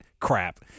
crap